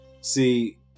See